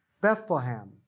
Bethlehem